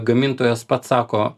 gamintojas pats sako